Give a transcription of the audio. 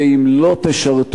ואם לא תשרתו,